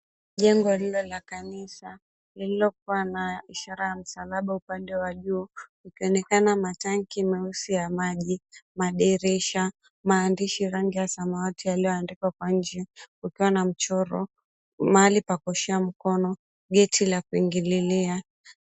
Jengo lililo la kanisa lililo kua na ishara ya msalaba, upande wa juu ukionekana matanki nyeusi ya maji, madirisha, maaandishi ya rangi ya samawati yalioandikwa kwa nje kukiwa na mchoro, mahali pa kuoshea mkono, geti la kuingililia.